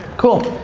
cool,